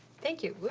thank you, oops,